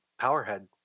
Powerhead